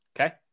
Okay